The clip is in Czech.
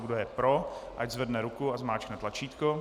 Kdo je pro, ať zvedne ruku a zmáčkne tlačítko.